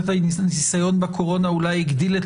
הניסיון של הקורונה אולי הגדיל את